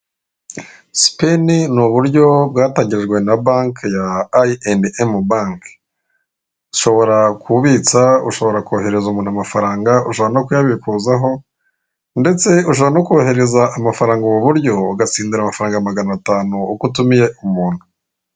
SPENN ni uburyo bwatangijwe na banki ya I&M BANK, ushobora kubitsa, ushobora kohereza umuntu amafaranga ushobora no kuyabikuzaho ndetse ushobora no koherereza amafaranga ubu buryo ugatsindira amafaranga magana tanu uko utumiye umuntu.